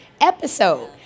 episode